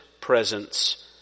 presence